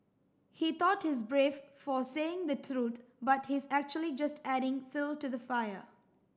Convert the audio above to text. he thought he's brave for saying the truth but he's actually just adding fuel to the fire